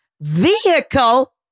vehicle